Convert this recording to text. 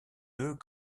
deux